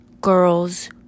girls